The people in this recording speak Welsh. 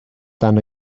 dan